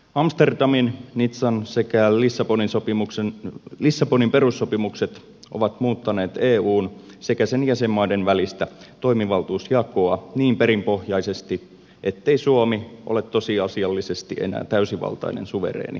amsterdamin nizzan sekä lissabonin perussopimukset ovat muuttaneet eun sekä sen jäsenmaiden välistä toimivaltuusjakoa niin perinpohjaisesti ettei suomi ole tosiasiallisesti enää täysivaltainen suvereeni kansallisvaltio